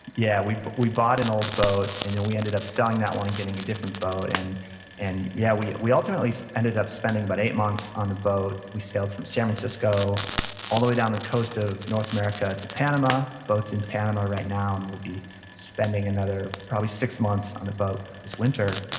yeah. we but we bought an old boat, and then we ended up selling that one and getting a different boat. and and yeah. we we ultimately ended up spending about but eight months on the boat. we sailed from san francisco all the way down the coast of north america to panama. boat's in panama right now, and we'll be spending another probably six months on the boat this winter.